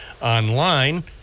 online